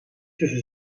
tussen